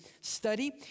study